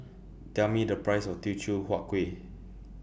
Tell Me The Price of Teochew Huat Kuih